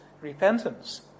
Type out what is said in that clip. repentance